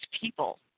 people